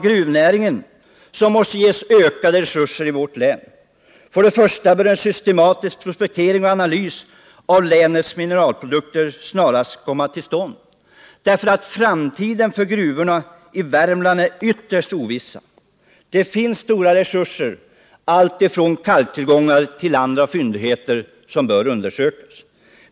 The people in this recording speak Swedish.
Gruvnäringen måste få ökade resurser i vårt län. En systematisk prospektering och analys av länets mineralprodukter måste snarast komma till stånd. Framtiden fur gruvorna i Värmland är ytterst oviss. Det finns stora resurser — alltifrån kalktillgångar till andra fyndigheter — som bör undersökas.